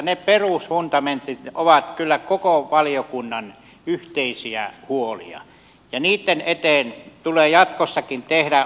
ne perusfundamentit ovat kyllä koko valiokunnan yhteisiä huolia ja niitten eteen tulee jatkossakin tehdä töitä